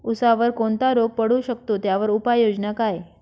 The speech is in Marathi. ऊसावर कोणता रोग पडू शकतो, त्यावर उपाययोजना काय?